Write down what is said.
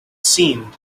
seemed